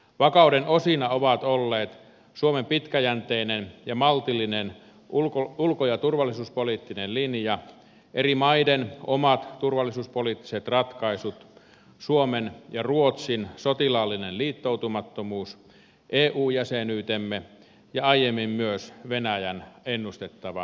vakauden osina ovat olleet suomen pitkäjänteinen ja maltillinen ulko ja turvallisuuspoliittinen linja eri maiden omat turvallisuuspoliittiset ratkaisut suomen ja ruotsin sotilaallinen liittoutumattomuus eu jäsenyytemme ja aiemmin myös venäjän ennustettava kehitys